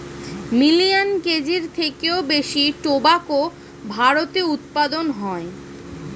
million কেজির থেকেও বেশি টোবাকো ভারতে উৎপাদন হয়